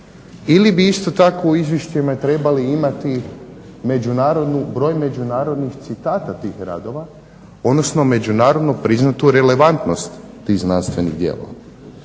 ili bi isto tako u izvješćima trebali imati međunarodnu, broj međunarodnih citata tih radova, odnosno međunarodno priznatu relevantnost tih znanstvenih djela.